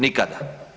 Nikada.